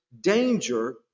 danger